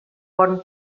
bon